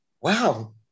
Wow